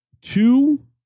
two